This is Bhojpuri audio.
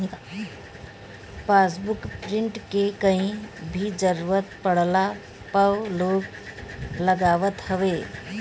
पासबुक प्रिंट के कहीं भी जरुरत पड़ला पअ लोग लगावत हवे